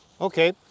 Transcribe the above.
Okay